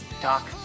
talk